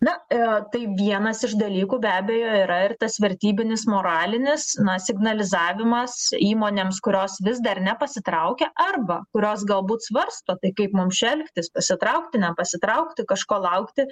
na tai vienas iš dalykų be abejo yra ir tas vertybinis moralinis na signalizavimas įmonėms kurios vis dar nepasitraukė arba kurios galbūt svarsto tai kaip mums čia elgtis pasitraukti nepasitraukti kažko laukti